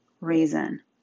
reason